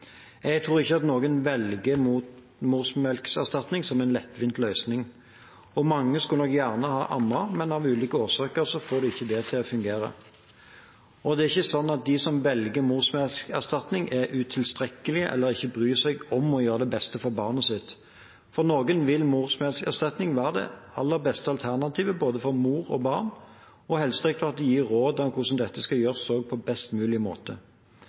Jeg tror ikke at noen velger morsmelkerstatning som en lettvint løsning. Mange skulle nok gjerne ha ammet, men av ulike årsaker får de det ikke til å fungere. Det er ikke slik at de som velger morsmelkerstatning, er utilstrekkelige eller ikke bryr seg om å gjøre det beste for barnet sitt. For noen vil morsmelkerstatning være det aller beste alternativet for både mor og barn, og Helsedirektoratet gir råd om hvordan dette skal gjøres på best mulig måte.